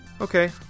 okay